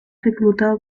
reclutado